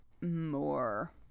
more